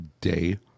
day